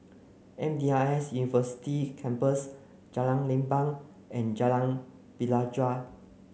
M D I S University Campus Jalan Leban and Jalan Pelajau